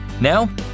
Now